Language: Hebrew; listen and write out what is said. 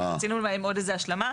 כי רצינו להם עוד איזו השלמה.